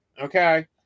Okay